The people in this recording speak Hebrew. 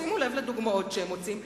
שימו לב לדוגמאות שהם מוצאים,